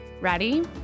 Ready